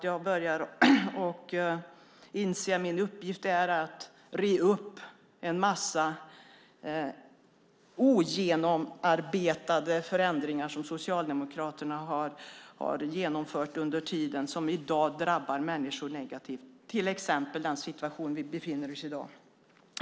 Jag börjar inse att min uppgift är att reda upp en massa ogenomarbetade förändringar som Socialdemokraterna har genomfört och som i dag drabbar människor negativt, till exempel i den situation vi behandlar i dag.